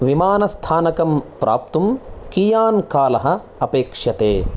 विमानस्थानकं प्राप्तुं कियान् कालः अपेक्ष्यते